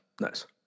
Nice